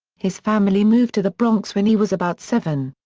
his family moved to the bronx when he was about seven.